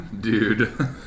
dude